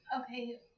Okay